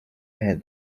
had